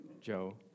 Joe